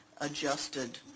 adjusted